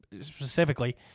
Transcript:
specifically